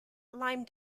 lime